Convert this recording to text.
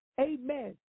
amen